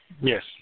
Yes